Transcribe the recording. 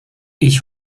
ich